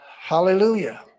Hallelujah